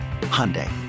Hyundai